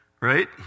right